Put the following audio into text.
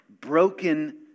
broken